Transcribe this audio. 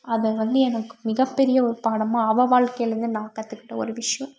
அதை வந்து எனக்கு மிகப்பெரிய ஒரு பாடமாக அவள் வாழ்க்கையிலேருந்து நான் கற்றுக்கிட்ட ஒரு விஷயம்